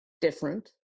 different